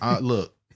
Look